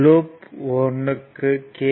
loop 1 க்கு K